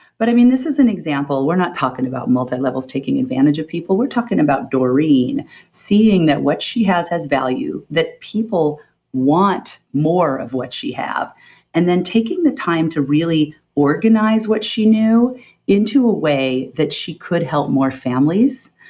but i mean this is an example. we're not talking about multi-levels taking advantage of people, we're talking about doreen seeing that what she has has value, that people want more of what she have and then taking the time to really organize what she knew into a way that she could help more families.